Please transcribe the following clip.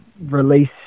release